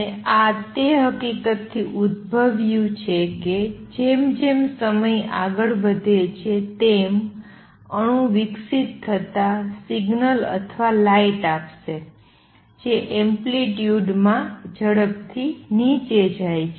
અને આ તે હકીકતથી ઉદભવ્યું છે કે જેમ જેમ સમય આગળ વધે છે તેમ અણુ વિકસિત થતાં સિગ્નલ અથવા લાઇટ આપશે જે એમ્પ્લિટ્યુડ માં ઝડપથી નીચે જાય છે